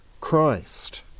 Christ